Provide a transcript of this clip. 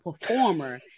performer